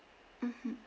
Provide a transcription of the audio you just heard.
mmhmm